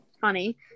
funny